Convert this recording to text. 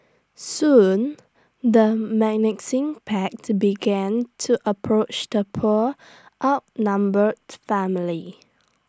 soon the menacing pack to began to approach the poor outnumbered family